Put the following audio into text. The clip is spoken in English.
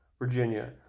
Virginia